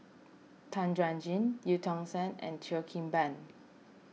Tan Chuan Jin Eu Tong Sen and Cheo Kim Ban